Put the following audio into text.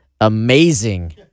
amazing